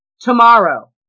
tomorrow